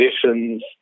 conditions